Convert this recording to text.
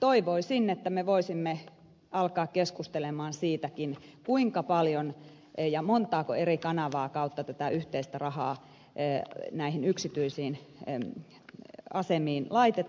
toivoisin että me voisimme alkaa keskustella siitäkin kuinka paljon ja montaako eri kanavaa kautta tätä yhteistä rahaa näihin yksityisiin asemiin laitetaan